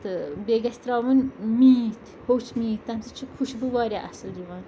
تہٕ بیٚیہِ گژھِ ترٛاوُن میٖتھۍ ہوٚچھ میٖتھۍ تَمہِ سۭتۍ چھِ خوشبوٗ واریاہ اَصٕل یِوان